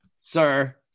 sir